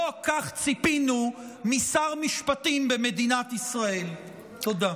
לא כך ציפינו משר משפטים במדינת ישראל, תודה.